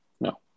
No